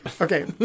Okay